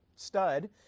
Stud